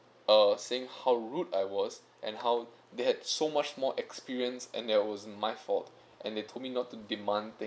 uh saying how rude I was and how they had so much more experience and that was my fault and they told me not to demand things